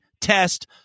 test